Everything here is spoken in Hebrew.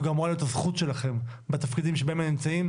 זו גם אמורה להיות הזכות שלכם בתפקידים שבהם אתם נמצאים,